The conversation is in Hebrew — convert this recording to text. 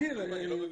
אני לא מבין.